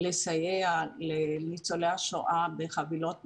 לסייע לניצולי השואה בחבילות מזון,